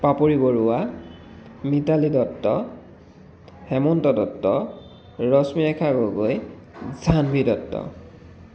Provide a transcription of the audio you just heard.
Papori Barua Mitali Dutta Hemanta Dutta Rashmirekha Gogoi Jahnavi Dutta